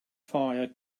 fire